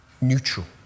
neutral